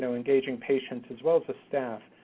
so engaging patients as well as the staff,